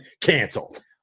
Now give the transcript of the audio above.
canceled